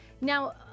Now